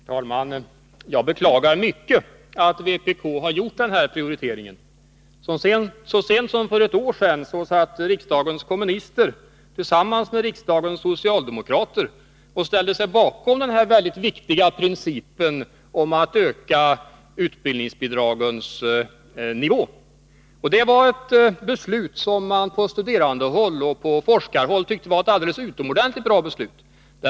Herr talman! Jag beklagar mycket att vpk har gjort denna prioritering. Så sent som för ett år sedan ställde sig riksdagens kommunister tillsammans med riksdagens socialdemokrater bakom den viktiga principen att öka utbildningsbidragens nivå. Det var ett beslut som man på studerandeoch forskarhåll fann utomordentligt bra.